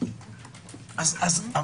אתם